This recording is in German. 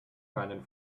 meinen